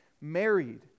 married